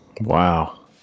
Wow